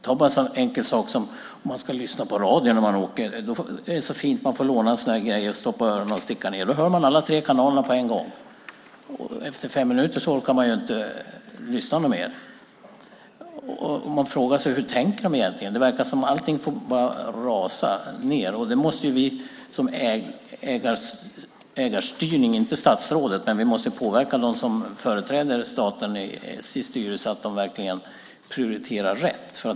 Ta bara en så enkel sak som att lyssna på radio när man åker. Det är så fint att man får låna en grej att stoppa i öronen och koppla in. Då hör man alla tre kanalerna på en gång. Efter fem minuter orkar man inte lyssna något mer. Hur tänker de egentligen? Det verkar som att allting bara får rasa. Det finns ägarstyrning, fastän det inte är statsrådet som står för den. Vi måste påverka dem som företräder staten i SJ:s styrelse så att de verkligen prioriterar rätt.